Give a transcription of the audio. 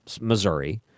Missouri